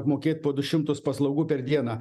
apmokėt po du šimtus paslaugų per dieną